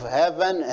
heaven